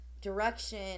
direction